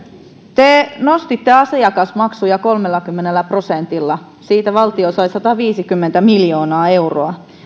te nostitte asiakasmaksuja kolmellakymmenellä prosentilla siitä valtio sai sataviisikymmentä miljoonaa euroa ja